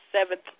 seventh